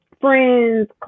friends